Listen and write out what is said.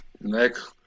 Next